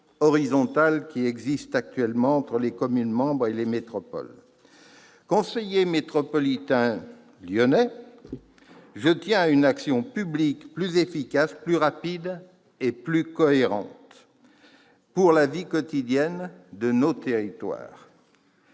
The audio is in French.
horizontales qui existent actuellement entre les communes membres et les métropoles. Conseiller métropolitain lyonnais, je suis attaché à une action publique plus efficace, plus rapide et plus cohérente pour la vie quotidienne de nos territoires.